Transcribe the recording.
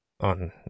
on